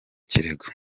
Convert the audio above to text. kirego